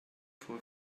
for